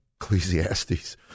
Ecclesiastes